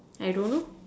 I don't know